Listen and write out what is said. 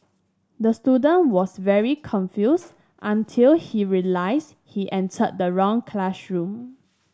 the student was very confused until he realised he entered the wrong classroom